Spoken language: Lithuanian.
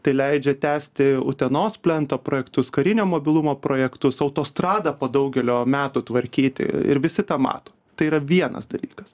tai leidžia tęsti utenos plento projektus karinio mobilumo projektus autostradą po daugelio metų tvarkyti ir visi tą mato tai yra vienas dalykas